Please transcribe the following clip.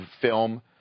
film